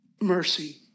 mercy